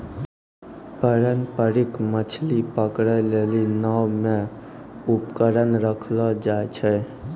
पारंपरिक मछली पकड़ै लेली नांव मे उपकरण रखलो जाय छै